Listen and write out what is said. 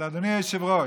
אדוני היושב-ראש,